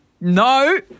No